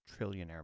trillionaire